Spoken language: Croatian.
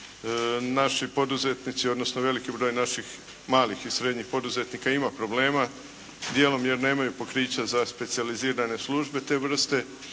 naši poduzetnici odnosno veliki broj naših malih i srednjih poduzetnika ima problema dijelom jer nemaju pokrića za specijalizirane službe te vrste.